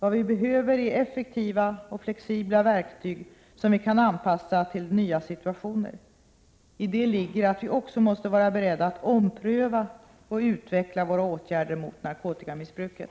Vad vi behöver är effektiva och flexibla verktyg som vi kan 9 februari 1988 anpassa till nya situationer. I det ligger att vi också måste vara beredda att